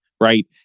right